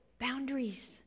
boundaries